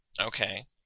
Okay